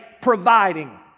providing